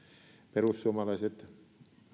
perussuomalaiset